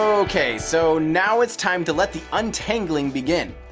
ok, so now it's time to let the untangling begin!